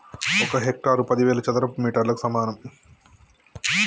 ఒక హెక్టారు పదివేల చదరపు మీటర్లకు సమానం